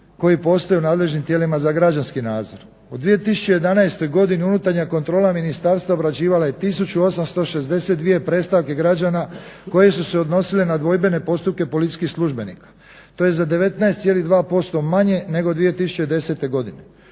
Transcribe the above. koji postoji u nadležnim tijelima za građanski nadzor. U 2011. godini Unutarnja kontrola ministarstva obrađivala je 1 862 predstavke građana koje su se odnosile na dvojbene postupke policijskih službenika. To je za 19,2% manje nego 2010. godine.